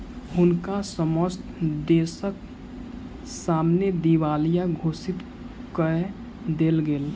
हुनका समस्त देसक सामने दिवालिया घोषित कय देल गेल